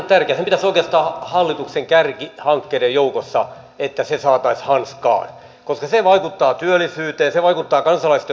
sen pitäisi oikeastaan olla hallituksen kärkihankkeiden joukossa että se saataisiin hanskaan koska se vaikuttaa työllisyyteen se vaikuttaa kansalaisten ostovoimaan